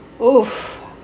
Oof